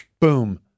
Boom